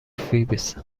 فیبز